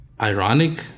ironic